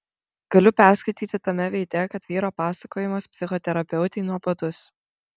galiu perskaityti tame veide kad vyro pasakojimas psichoterapeutei nuobodus